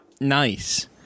nice